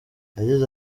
yagize